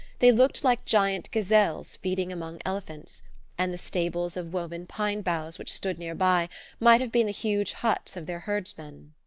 they looked like giant gazelles feeding among elephants and the stables of woven pine-boughs which stood near by might have been the huge huts of their herdsmen.